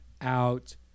out